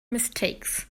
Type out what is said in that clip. mistakes